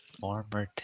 former